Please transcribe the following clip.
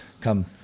come